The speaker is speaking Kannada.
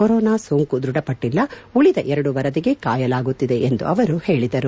ಕೊರೊನಾ ಸೋಂಕು ದ್ವಢಪಟ್ಟಲ್ಲ ಉಳಿದ ಎರಡು ವರದಿಗೆ ಕಾಯಲಾಗುತ್ತಿದೆ ಎಂದು ಅವರು ಹೇಳಿದರು